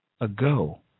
ago